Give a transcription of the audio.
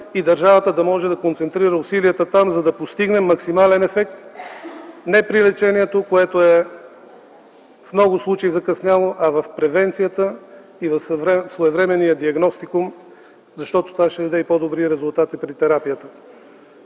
и държавата да може да концентрира усилията там, за да постигне максимален ефект не при лечението, което в много случаи е закъсняло, а в превенцията и в своевременния диагностикум, защото това ще даде и по-добри резултати при терапията.